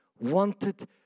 wanted